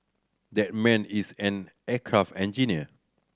that man is an aircraft engineer